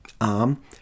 arm